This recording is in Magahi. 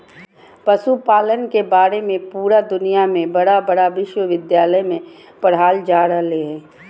पशुपालन के बारे में पुरा दुनया में बड़ा बड़ा विश्विद्यालय में पढ़ाल जा रहले हइ